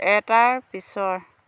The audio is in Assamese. এটাৰ পিছৰ